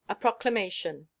a proclamation.